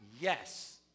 yes